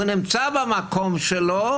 הוא נמצא במקום שלו,